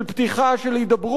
של הרגעת המצב,